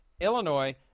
Illinois